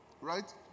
right